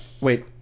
wait